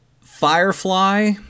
Firefly